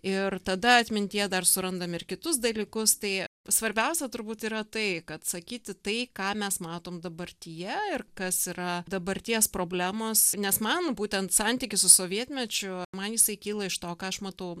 ir tada atmintyje dar surandam ir kitus dalykus tai svarbiausia turbūt yra tai kad sakyti tai ką mes matom dabartyje ir kas yra dabarties problemos nes man būtent santykis su sovietmečiu man jisai kyla iš to ką aš matau